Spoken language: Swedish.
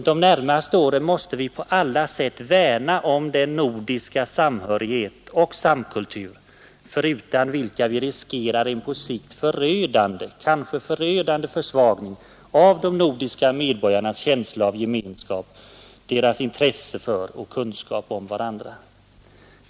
De närmaste åren måste vi på alla sätt värna om den nordiska samhörighet och den samkultur, förutan vilka vi på sikt riskerar en förödande försvagning av de nordiska medborgarnas intresse för och kunskap om varandra, liksom av deras känsla av gemenskap.